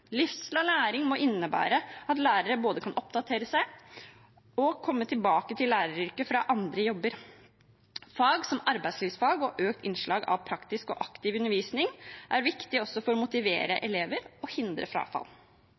læring må innebære at lærere både kan oppdatere seg og komme tilbake til læreryrket fra andre jobber. Fag som arbeidslivsfag og økt innslag av praktisk og aktiv undervisning er viktig også for å motivere elever og hindre frafall.